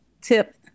tip